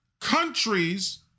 countries